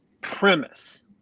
premise